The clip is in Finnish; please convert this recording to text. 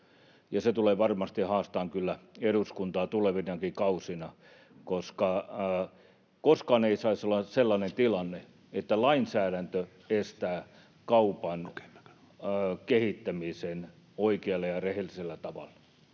Se tulee varmasti kyllä haastamaan eduskuntaa tulevinakin kausina, koska koskaan ei saisi olla sellainen tilanne, että lainsäädäntö estää kaupan kehittämisen oikealla ja rehellisellä tavalla,